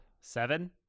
Seven